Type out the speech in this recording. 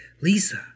Lisa